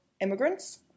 immigrants